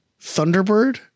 Thunderbird